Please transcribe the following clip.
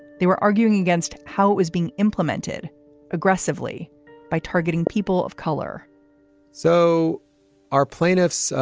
they were arguing against how it was being implemented aggressively by targeting people of color so our plaintiffs,